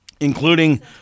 Including